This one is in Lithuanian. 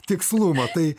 tikslumo tai